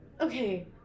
okay